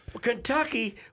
Kentucky